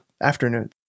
afternoon